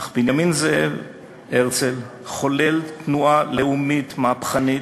אך בנימין זאב הרצל חולל תנועה לאומית, מהפכנית,